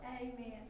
Amen